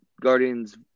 Guardians